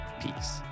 peace